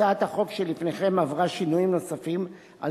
הצעת החוק שלפניכם עברה שינויים נוספים על